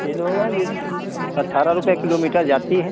Innova ये अठारह रुपये किलोमीटर जाती है